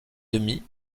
demi